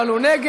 אבל הוא נגד.